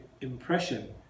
impression